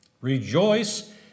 Rejoice